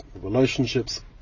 relationships